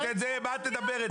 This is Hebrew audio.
על מה את מדברת?